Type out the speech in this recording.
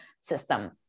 system